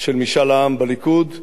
על משאל עם בליכוד,